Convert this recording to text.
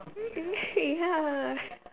ya